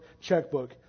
checkbook